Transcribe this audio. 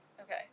Okay